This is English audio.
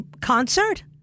concert